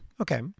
Okay